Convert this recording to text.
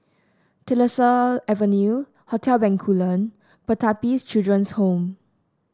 Tyersall Avenue Hotel Bencoolen Pertapis Children's Home